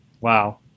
Wow